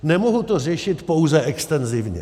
Nemohu to řešit pouze extenzivně.